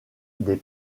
des